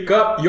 up